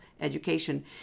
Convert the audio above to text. education